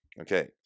Okay